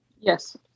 Yes